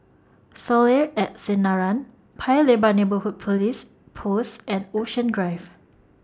Soleil At Sinaran Paya Lebar Neighbourhood Police Post and Ocean Drive